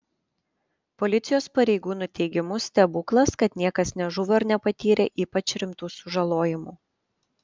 policijos pareigūnų teigimu stebuklas kad niekas nežuvo ir nepatyrė ypač rimtų sužalojimų